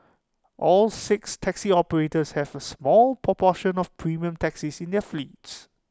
all six taxi operators have A small proportion of premium taxis in their fleets